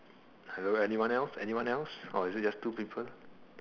hello anyone else anyone else or is it just two people